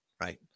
right